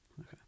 Okay